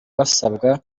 basabwa